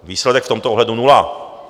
Výsledek v tomto ohledu nula.